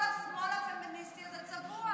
כל השמאל הפמיניסטי הזה הוא צבוע.